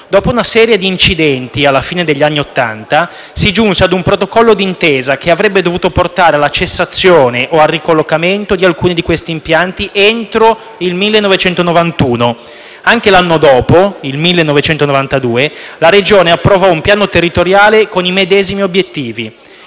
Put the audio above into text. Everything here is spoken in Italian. Dopo una serie di incidenti, alla fine degli anni Ottanta si giunse a un protocollo d'intesa che avrebbe dovuto portare alla cessazione o al ricollocamento di alcuni di questi impianti entro il 1991. L'anno successivo, nel 1992, la Regione approvò un piano territoriale con i medesimi obiettivi.